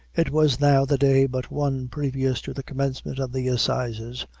it was now the day but one previous to the commencement of the assizes,